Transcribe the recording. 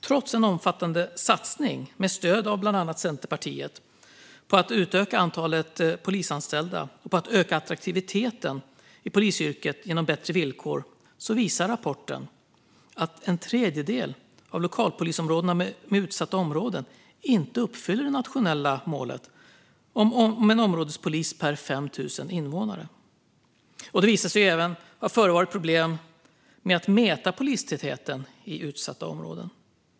Trots en omfattande satsning, med stöd av bland annat Centerpartiet, på att utöka antalet polisanställda och på att öka attraktiviteten i polisyrket genom bättre villkor, visar rapporten att en tredjedel av lokalpolisområdena med utsatta områden inte uppfyller det nationella målet om en områdespolis per 5 000 invånare. Det visar sig även ha förevarit problem med att mäta polistätheten i utsatta områden.